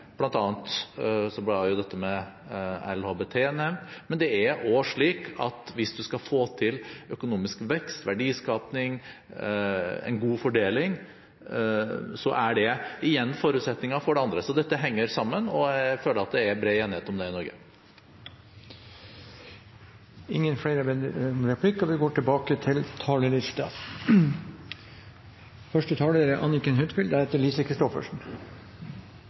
ble LHBT nevnt. Men det er også slik at hvis man skal få til økonomisk vekst, verdiskaping, en god fordeling, så er det igjen forutsetninger for det andre. Så dette henger sammen. Jeg føler det er bred enighet om det i Norge. Replikkordskiftet er over. Jeg vil takke saksordføreren for en veldig god jobb med denne meldinga, og